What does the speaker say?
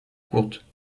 courtes